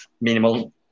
minimal